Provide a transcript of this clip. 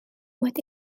wedi